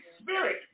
Spirit